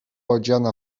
odziana